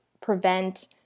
prevent